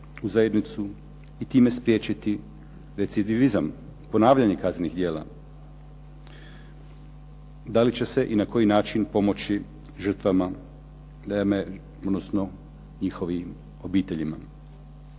u zajednicu i time spriječiti recidivizam, ponavljanje kaznenih djela? Da li će se i na koji način pomoći žrtvama, odnosno njihovim obiteljima.